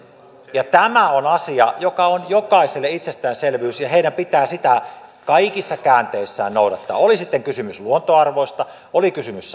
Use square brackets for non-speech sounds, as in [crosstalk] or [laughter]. ja tämä on asia joka on jokaiselle itsestäänselvyys ja heidän pitää sitä kaikissa käänteissään noudattaa oli sitten kysymys luontoarvoista oli kysymys [unintelligible]